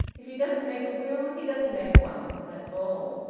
if he doesn't make a will he doesn't make one that's all.